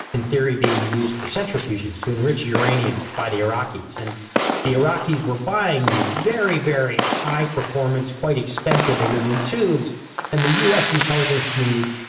in theory, being used for centrifuges to enrich uranium by the iraqis and the iraqis were buying these very, very high performance, quite expensive aluminum tubes and the us intelligence community,